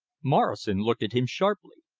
morrison looked at him sharply.